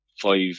Five